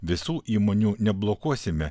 visų įmonių neblokuosime